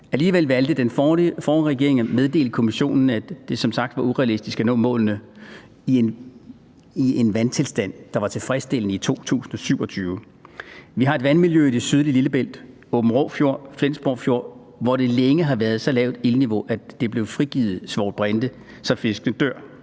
Alligevel valgte den forrige regering at meddele Kommissionen, at det som sagt var urealistisk at nå målene om en vandtilstand, der var tilfredsstillende, i 2027. Vi har et vandmiljø i det sydlige Lillebælt – Aabenraa Fjord, Flensborg Fjord – hvor der længe har været et så lavt iltniveau, at der bliver frigivet svovlbrinte, så fiskene dør.